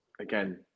again